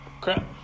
crap